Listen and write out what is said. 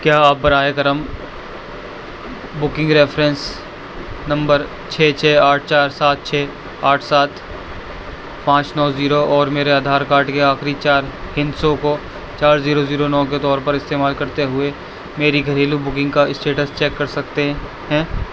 کیا آپ برائے کرم بکنگ ریفرنس نمبر چھ چھ آٹھ چار سات چھ آٹھ سات پانچ نو زیرو اور میرے آدھار کارڈ کے آخری چار ہندسوں کو چار زیرو زیرو نو کے طور پر استعمال کرتے ہوئے میری گھریلو بکنگ کا اسٹیٹس چیک کر سکتے ہیں